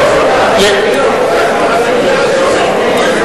אין מתנגדים ואין נמנעים.